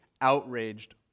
outraged